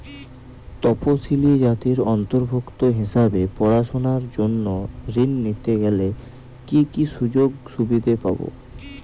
তফসিলি জাতির অন্তর্ভুক্ত হিসাবে পড়াশুনার জন্য ঋণ নিতে গেলে কী কী সুযোগ সুবিধে পাব?